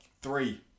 Three